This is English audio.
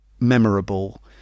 memorable